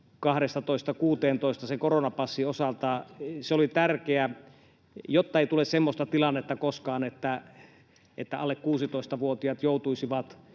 16:een sen koronapassin osalta. Se oli tärkeä, jotta ei koskaan tule semmoista tilannetta, että alle 16‑vuotiaat joutuisivat